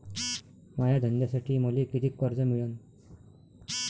माया धंद्यासाठी मले कितीक कर्ज मिळनं?